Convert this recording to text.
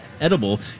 edible